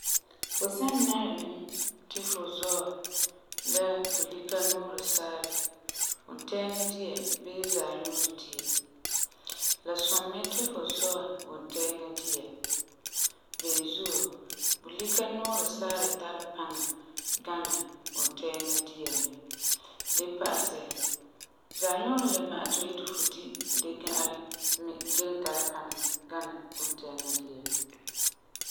Fu san nari ni mɛ ti fu zɔɛ bulika nuurɛ saarɛ, wuntɛɛŋa dia bii zaanuurɛ dia, la sum mɛ ti fu zɔɛ wuntɛɛŋa dia. Beni zuo, bulika nuurɛ saarɛ tari paŋa gana wuntɛɛŋa dia mɛ. Le pa'asɛ, zaanuurɛ n le ma'ɛ ti fu yeti fu di dee ga'arɛ me kelum tara paŋa gana wuntɛɛŋa dia mɛ.